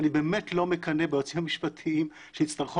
אני באמת לא מקנא ביועצים המשפטיים שיצטרכו